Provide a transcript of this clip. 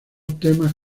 temas